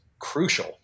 crucial